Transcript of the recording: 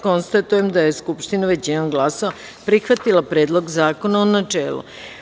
Konstatujem da je Narodna skupština, većinom glasova, prihvatila Predlog zakona, u načelu.